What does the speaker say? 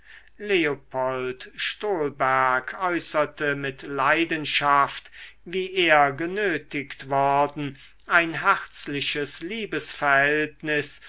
leopold stolberg äußerte mit leidenschaft wie er genötigt worden ein herzliches liebesverhältnis